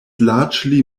largely